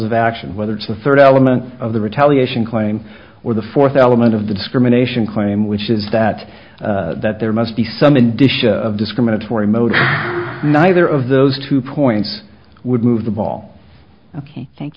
of action whether it's the third element of the retaliation claim or the fourth element of the discrimination claim which is that that there must be some addition of discriminatory modes neither of those two points would move the ball ok thank